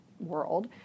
World